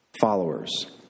followers